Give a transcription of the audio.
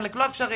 חלק לא אפשריים,